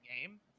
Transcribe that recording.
game